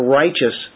righteous